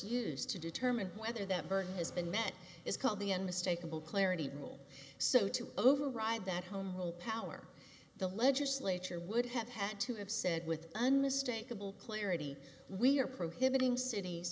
use to determine whether that burden has been met is called the end mistaken will clarity rule so to override that home rule power the legislature would have had to have said with unmistakable clarity we are prohibiting cities